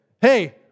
hey